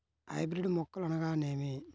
Hybrid మొక్కలు అనగానేమి?